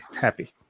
happy